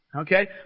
Okay